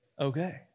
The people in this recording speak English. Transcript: okay